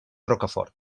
rocafort